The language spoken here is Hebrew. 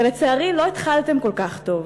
ולצערי, לא התחלתם כל כך טוב.